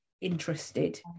interested